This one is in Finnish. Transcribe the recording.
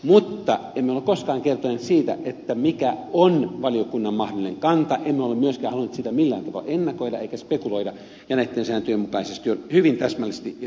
mutta emme ole koskaan kertoneet siitä mikä on valiokunnan mahdollinen kanta emme ole myöskään halunneet sitä millään tavalla ennakoida emmekä spekuloida ja näitten sääntöjen mukaisesti on hyvin täsmällisesti ja selvästi menty